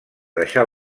deixar